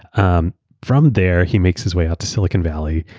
um from there, he makes his way up to silicon valley.